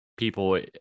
people